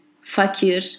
fakir